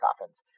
coffins